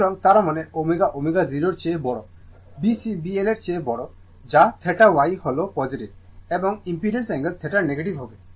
সুতরাং তার মানে ω ω0 এর চেয়ে বড় B C B L এর চেয়ে বড় যা θ Y হল পজিটিভ এবং ইম্পিডেন্সর অ্যাঙ্গেল θ নেগেটিভ হবে